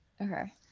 Okay